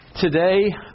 Today